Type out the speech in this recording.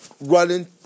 running